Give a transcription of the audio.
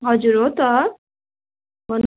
हजुर हो त भन्नु